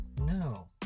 No